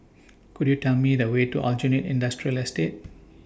Could YOU Tell Me The Way to Aljunied Industrial Estate